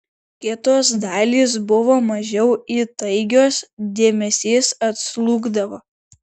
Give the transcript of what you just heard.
kitos dalys buvo mažiau įtaigios dėmesys atslūgdavo